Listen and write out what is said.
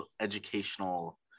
educational